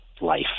life